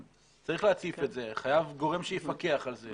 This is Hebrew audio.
צריך להציף את זה, חייב גורם שיפקח על זה.